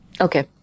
Okay